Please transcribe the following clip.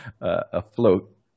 afloat